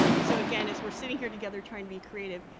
so, again, as we're sitting here together trying to be creative,